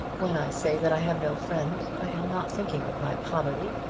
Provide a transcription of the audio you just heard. when i say that i have no friend i am not thinking of my poverty.